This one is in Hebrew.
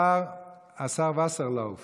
השר וסרלאוף